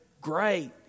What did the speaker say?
great